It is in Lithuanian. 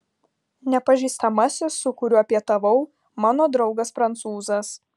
nepažįstamasis su kuriuo pietavau mano draugas prancūzas